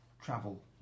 travel